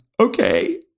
okay